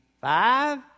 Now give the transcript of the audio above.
five